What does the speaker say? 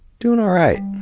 doing all right.